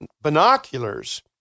binoculars